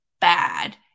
bad